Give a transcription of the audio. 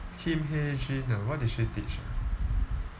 kim hae jin ah what did she teach ah